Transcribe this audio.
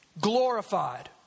glorified